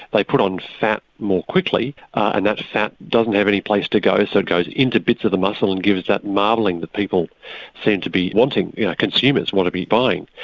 like put on fat more quickly and that fat doesn't have any place to go so it goes into bits of the muscle and gives that marbling that people seem to be wanting, you know consumers want to be buying.